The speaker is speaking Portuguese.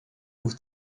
por